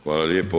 Hvala lijepo.